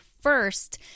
first